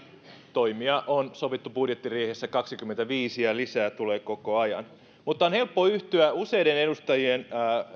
toimia on sovittu budjettiriihessä kaksikymmentäviisi ja lisää tulee koko ajan on helppo yhtyä useiden edustajien